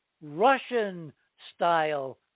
Russian-style